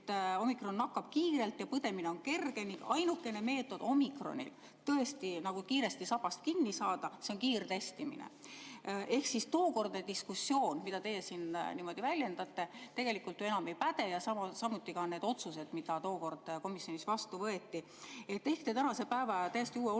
et omikron nakkab kiirelt ja põdemine on kerge. Ainukene meetod omikronil tõesti kiiresti sabast kinni saada on kiirtestimine. Ehk siis tookordne diskussioon, mida teie siin väljendate, tegelikult enam ei päde, samuti need otsused, mis tookord komisjonis vastu võeti. Äkki te tänase päeva ja täiesti uue olukorraga